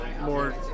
more